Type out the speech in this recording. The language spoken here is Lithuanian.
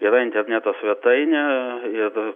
yra interneto svetainė ir